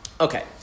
Okay